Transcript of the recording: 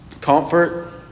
Comfort